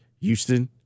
Houston